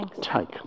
take